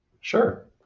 Sure